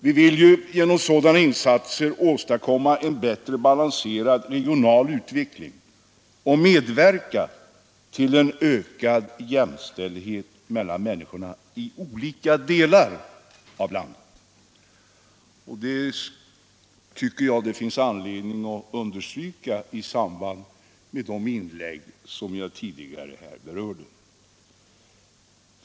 Vi vill genom sådana insatser åstadkomma en bättre balanserad regional utveckling och medverka till en ökad jämställdhet mellan människor i olika delar av landet. Det tycker jag att det finns anledning att understryka i samband med de inlägg som jag tidigare här omnämnde.